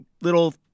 little